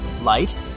light